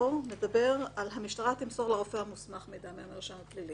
יש היגיון במסירת המידע גם לוועדת הערר.